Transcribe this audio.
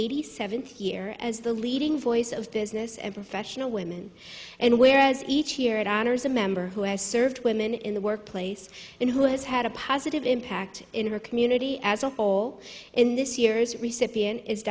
eighty seventh year as the leading voice of business and professional women and whereas each year it honors a member who has served women in the workplace and who has had a positive impact in her community as a whole in this year's recipient is